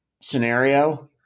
scenario